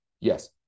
yes